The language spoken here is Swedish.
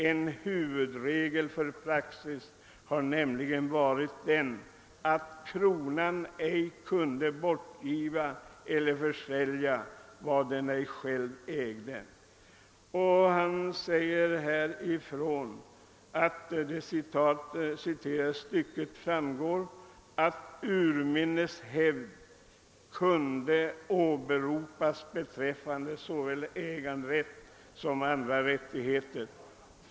En huvudregel för praxis har nämligen varit den, att kronan ej kunde bortgiva eller försälja, vad den ej själv ägde.» Man säger här ifrån: »Av det citerade uttrycket framgår, att urminnes hävd kunde åberopas beträffande såväl äganderätt som andra rättigheter.